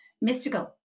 mystical